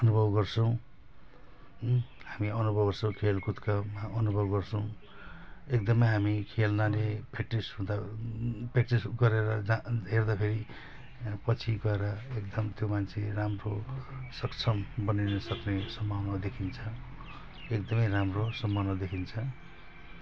अनुभव गर्छौँ हामी अनुभव गर्छौँ खेलकुदका अनुभव गर्छौँ एकदमै हामी खेल्नाले फिटनेस हुँदा प्र्याक्टिस गरेर हेर्दाखेरि पछि गएर एकदम त्यो मान्छे राम्रो सक्षम बनिन सक्ने सम्भावना देखिन्छ एकदमै राम्रो सम्भावना देखिन्छ